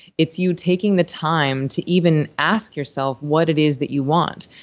it's you taking the time to even ask yourself what it is that you want,